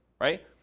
right